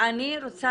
אני רוצה